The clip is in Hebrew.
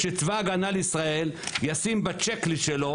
שצבא הגנה לישראל ישים בצ'ק ליסט שלו